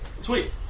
Sweet